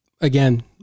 again